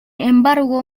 embargo